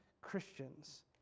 Christians